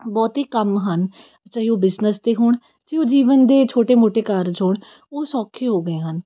ਬਹੁਤ ਹੀ ਕੰਮ ਹਨ ਚਾਹੇ ਉਹ ਬਿਜ਼ਨਸ ਦੇ ਹੋਣ ਚਾਹੇ ਉਹ ਜੀਵਨ ਦੇ ਛੋਟੇ ਮੋਟੇ ਕਾਰਜ ਹੋਣ ਉਹ ਸੌਖੇ ਹੋ ਗਏ ਹਨ